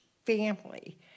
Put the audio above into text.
family